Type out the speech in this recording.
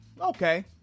Okay